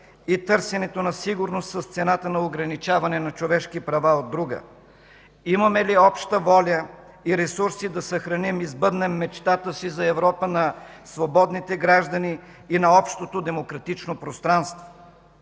и търсенето на сигурност с цената на ограничаване на човешки права – от друга. Имаме ли обща воля и ресурси да съхраним и сбъднем мечтата си за Европа на свободните граждани и на общото демократично пространство?